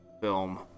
film